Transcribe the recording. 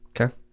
Okay